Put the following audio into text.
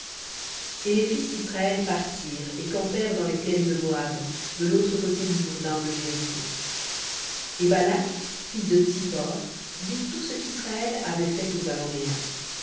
et les fils d'israël partirent et campèrent dans les plaines de moab de l'autre côté du jourdain de jéricho et balak fils de tsippor vit tout ce qu'israël avait fait aux amoréens